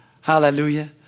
Hallelujah